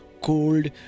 cold